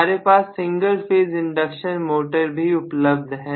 हमारे पास single phase induction motor भी उपलब्ध है